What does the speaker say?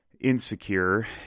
insecure